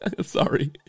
sorry